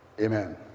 Amen